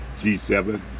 G7